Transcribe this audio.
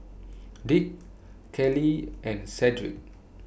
Dick Kailee and Cedric